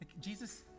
Jesus